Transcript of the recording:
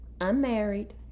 unmarried